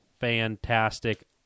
fantastic